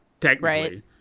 technically